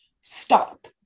Stop